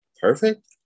Perfect